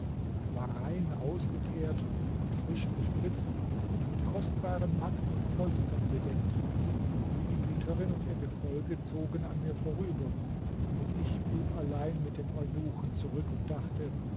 er war rein ausgekehrt und frisch bespritzt und mit kostbaren matten und polstern bedeckt die gebieterin und ihr gefolge zogen an mir vorüber und ich blieb allein mit den eunuchen zurück und dachte